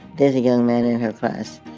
there's a young man in his boss